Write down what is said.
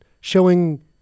showing